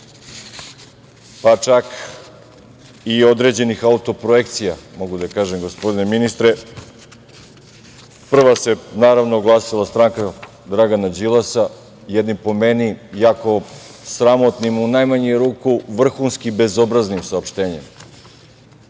pa čak i određenih auto projekcija, mogu da kažem, gospodine ministre. Naravno, prva se oglasila stranka Dragana Đilasa, po meni jednim sramotnim, u najmanju ruku vrhunski bezobraznim saopštenjem